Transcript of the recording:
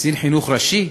קצין חינוך ראשי?